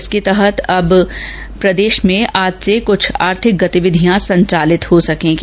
इसके तहत अब प्रदेष में आज से कुछ आर्थिक गतिविधियां संचालित हो सकेंगी